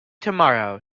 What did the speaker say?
tomorrow